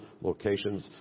locations